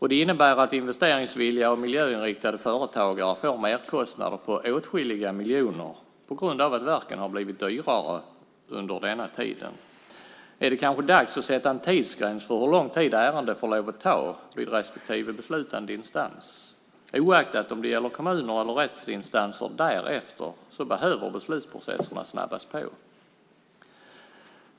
Detta innebär att investeringsvilliga och miljöinriktade företagare får merkostnader på åtskilliga miljoner på grund av att verken har blivit mycket dyrare under denna tid. Är det kanske dags att sätta en tidsgräns för hur lång tid ärenden får lov att ta vid respektive beslutande instans? Oaktat om det gäller kommuner eller rättsinstanser därefter behöver beslutsprocesserna snabbas på.